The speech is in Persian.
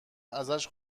ازش